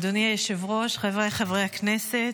אדוני היושב-ראש, חבריי חברי הכנסת,